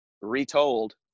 retold